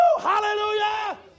Hallelujah